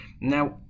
Now